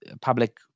public